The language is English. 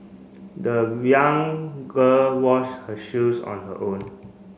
the young girl washed her shoes on her own